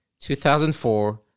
2004